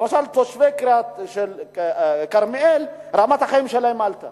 למשל, תושבי כרמיאל, רמת החיים שלהם עלתה